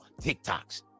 TikToks